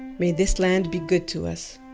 may this land be good to us.